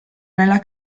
nella